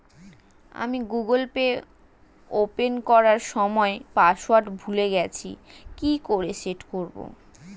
আমি Google Pay open করার সময় পাসওয়ার্ড ভুলে গেছি কি করে সেট করব?